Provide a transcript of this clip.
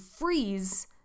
freeze